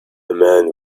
man